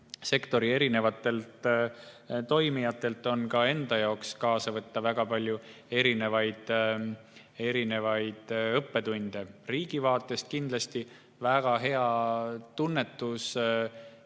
sektori erinevatel toimijatel enda jaoks kaasa võtta väga palju erinevaid õppetunde. Riigi vaates on kindlasti väga hea, et